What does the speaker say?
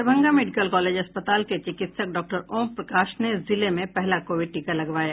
Darbhanga medical college अस्पताल के चिकित्सक डॉक्टर ओम प्रकाश ने जिले में पहला कोविड टीका लगवाया